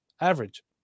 average